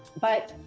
but,